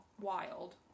Wild